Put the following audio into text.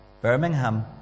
Birmingham